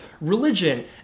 religion